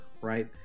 right